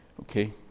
okay